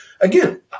Again